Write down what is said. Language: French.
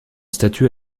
statut